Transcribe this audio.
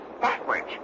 Backwards